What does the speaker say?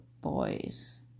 boys